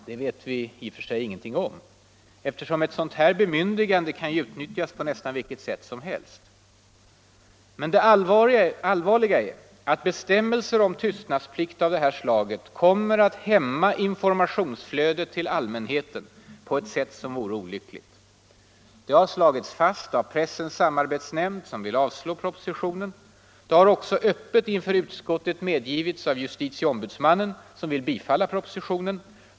Det vet vi i och för sig ingenting om, eftersom ett sådant här bemyndigande kan utnyttjas på nästan vilket sätt som helst. Men det allvarliga är att bestämmelser om tystnadsplikt av det här slaget kommer att hämma informationsflödet till allmänheten på ett sätt som vore olyckligt. Det har slagits fast av Pressens samarbetsnämnd, som vill avslå propositionen. Det har också öppet inför utskottet medgivits av justitieombudsmannen, som vill bifalla propositionen.